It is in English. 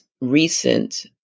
recent